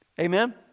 Amen